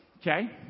Okay